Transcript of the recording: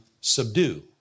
subdue